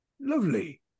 Lovely